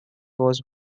was